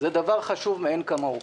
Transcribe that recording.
זה דבר חשוב מאין כמוהו.